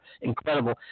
incredible